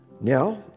Now